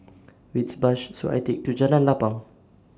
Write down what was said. Which Bus should I Take to Jalan Lapang